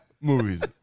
movies